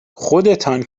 خودتان